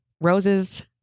roses